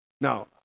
Now